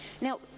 now